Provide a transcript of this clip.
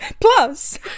Plus